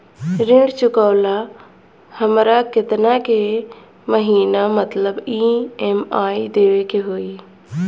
ऋण चुकावेला हमरा केतना के महीना मतलब ई.एम.आई देवे के होई?